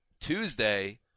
Tuesday